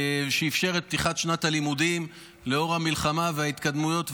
שאפשר את פתיחת שנת הלימודים לאור המלחמה וההתקדמויות,